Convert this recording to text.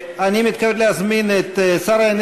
אני מתכבד להזמין את שר התשתיות הלאומיות,